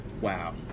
Wow